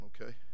okay